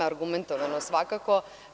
Argumentovano svakako.